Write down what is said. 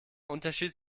unterschied